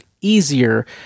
easier